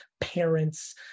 parents